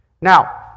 Now